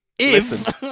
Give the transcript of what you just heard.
listen